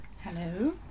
Hello